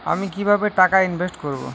আমি কিভাবে টাকা ইনভেস্ট করব?